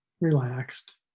relaxed